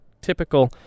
typical